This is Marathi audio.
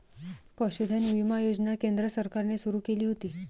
पशुधन विमा योजना केंद्र सरकारने सुरू केली होती